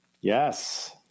Yes